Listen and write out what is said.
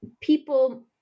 People